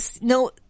no